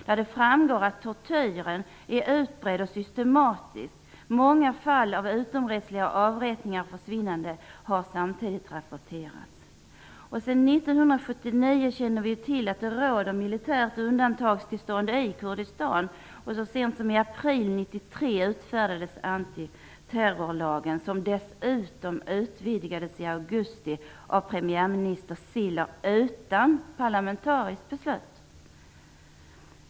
Där framgår det att tortyren är utbredd och systematisk. Många fall av utomrättsliga avrättningar och försvinnanden har samtidigt rapporterats. Vi känner till att det sedan 1979 råder militärt undantagstillstånd i Kurdistan. Så sent som i april 1993 utfärdades antiterrorlagen. Den utvidgades dessutom i augusti av premiärminister Ciller utan parlamentariskt beslut.